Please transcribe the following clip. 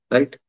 Right